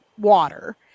water